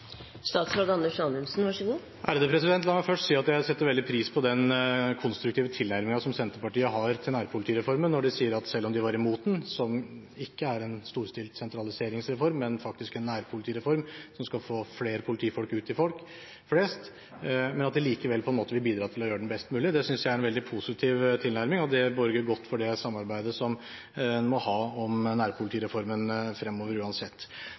La meg først si at jeg setter veldig pris på den konstruktive tilnærmingen som Senterpartiet har til nærpolitireformen, når de sier at selv om de var imot den – som ikke er en storstilt sentraliseringsreform, men faktisk en nærpolitireform som skal få flere politifolk ut til folk flest – vil de likevel bidra til å gjøre den best mulig. Det synes jeg er en veldig positiv tilnærming, og det borger godt for det samarbeidet som en uansett må ha om nærpolitireformen fremover.